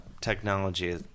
Technology